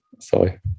sorry